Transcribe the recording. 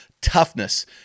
Toughness